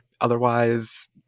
otherwise